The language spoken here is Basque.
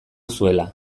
zuela